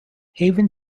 haven